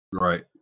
Right